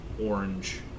orange